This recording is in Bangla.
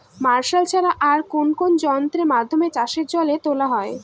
মার্শাল ছাড়া আর কোন কোন যন্ত্রেরর মাধ্যমে চাষের জল তোলা হয়?